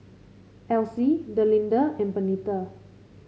Alcie Delinda and Bernita